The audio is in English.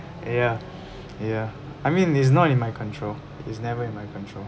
ya ya I mean it's not in my control it's never in my control